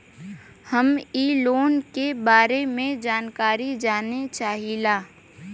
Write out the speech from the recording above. हम इ लोन के बारे मे जानकारी जाने चाहीला?